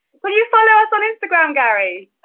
will you follow us on instagram, gary?